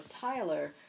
Tyler